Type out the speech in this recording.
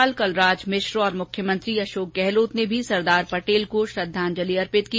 राज्यपाल कलराज मिश्र और मुख्यमंत्री अशोक गहलोत ने भी सरदार पटेल को श्रद्वांजलि अर्पित की